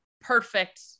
perfect